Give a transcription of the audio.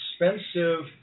expensive